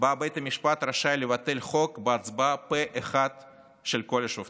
שבה בית המשפט רשאי לבטל חוק בהצבעה פה אחד של כל השופטים.